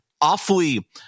awfully